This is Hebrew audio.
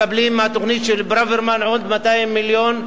מקבלים מהתוכנית של ברוורמן עוד 200 מיליון.